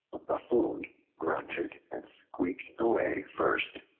buffoon grunted and squeaked away first,